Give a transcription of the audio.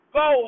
go